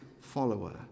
follower